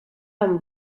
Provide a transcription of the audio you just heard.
amb